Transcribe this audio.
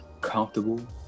comfortable